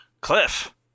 cliff